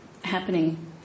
happening